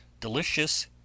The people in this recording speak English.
delicious